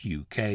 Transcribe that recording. uk